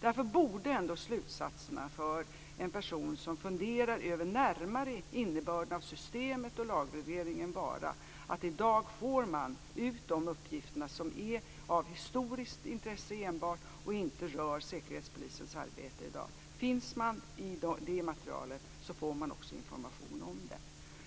Därför borde ändå slutsatserna för en person som funderar närmare över innebörden av systemet och lagregleringen vara att man i dag får ut de uppgifter som enbart är av historiskt intresse och inte rör Säkerhetspolisens arbete i dag. Finns man i det materialet får man också information om det.